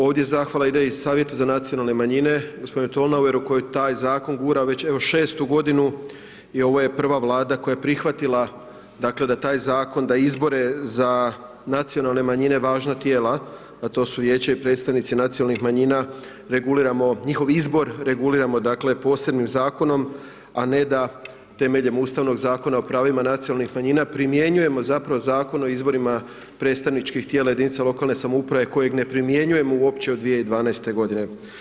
Ovdje zahvala ide iz Savjeta za nacionalne manjine g. Tolnaueru koji taj zakon gura već evo 6.-tu godinu i ovo je prva Vlada koja je prihvatila dakle da taj zakon, da izbore za Nacionalne manjine važna tijela a to su vijeće i predstavnici nacionalnih manjina, reguliramo, njihov izbor reguliramo dakle posebnim zakonom a ne da temeljem Ustavnog zakona o pravima nacionalnih manjina primjenjujemo zapravo Zakon o izborima predstavničkih tijela jedinica lokalne samouprave kojeg ne primjenjujemo uopće od 2012. godine.